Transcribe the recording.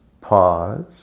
pause